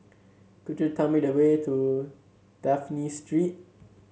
could you tell me the way to Dafne Street